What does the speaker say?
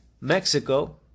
Mexico